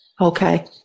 Okay